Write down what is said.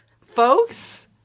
folks